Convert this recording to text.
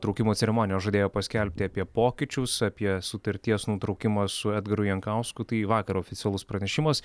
traukimo ceremonijos žadėjo paskelbti apie pokyčius apie sutarties nutraukimą su edgaru jankausku tai vakar oficialus pranešimas